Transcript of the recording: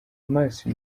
amaso